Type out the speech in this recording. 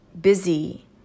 busy